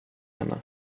henne